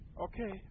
okay